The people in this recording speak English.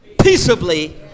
peaceably